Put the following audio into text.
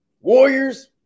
Warriors